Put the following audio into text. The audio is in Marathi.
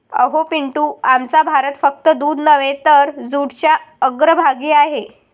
अहो पिंटू, आमचा भारत फक्त दूध नव्हे तर जूटच्या अग्रभागी आहे